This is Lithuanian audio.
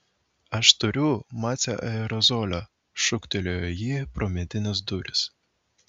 aš turiu mace aerozolio šūktelėjo ji pro medines duris